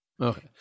Okay